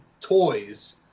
toys